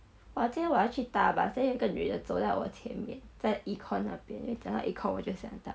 !wah! 今天我要去大 bus then 有个女的走都我前面在 econ 那边 then 讲都 econ 我就想到